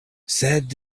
sed